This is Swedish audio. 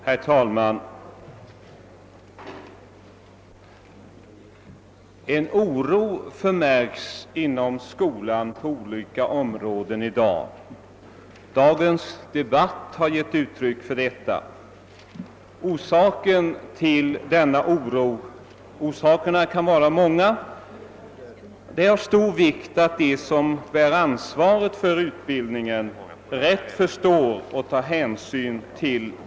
Herr talman! En oro förmärks inom skolan på olika områden i dag. Dagens debatt har gett uttryck åt detta. Orsakerna till denna oro kan vara många. Det är av stor vikt att de som bär ansvaret för utbildningen rätt förstår att ta hänsyn härtill.